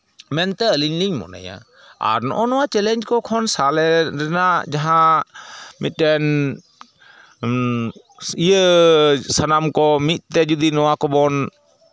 ᱢᱮᱱᱛᱮ ᱟᱹᱞᱤᱧ ᱞᱤᱧ ᱢᱚᱱᱮᱭᱟ ᱟᱨ ᱱᱚᱜᱼᱚ ᱱᱚᱣᱟ ᱪᱮᱞᱮᱧᱡᱽ ᱠᱚ ᱠᱷᱚᱱ ᱥᱟᱞᱮ ᱮᱱᱟᱜ ᱡᱟᱦᱟᱸ ᱢᱤᱫᱴᱮᱱ ᱤᱭᱟᱹ ᱥᱟᱱᱟᱢ ᱠᱚ ᱢᱤᱫ ᱛᱮ ᱡᱩᱫᱤ ᱱᱚᱣᱟ ᱠᱚᱵᱚᱱ